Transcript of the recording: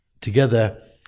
together